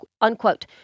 unquote